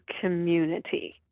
community